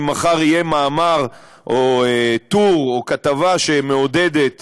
אם מחר יהיה מאמר או טור או כתבה שמעודדת